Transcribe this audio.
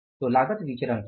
तो लागत विचरण क्या है